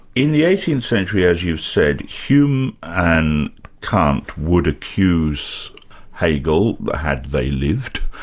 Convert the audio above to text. in the eighteenth century as you've said, hume and kant would accuse hegel, had they lived,